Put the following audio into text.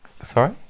Sorry